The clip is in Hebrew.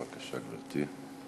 בבקשה, גברתי.